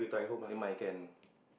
never mind can